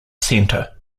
centre